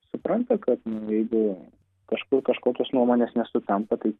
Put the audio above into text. supranta kad nu jeigu kažkur kažkokios nuomonės nesutampa taigi